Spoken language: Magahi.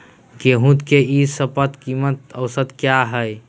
गेंहू के ई शपथ कीमत औसत क्या है?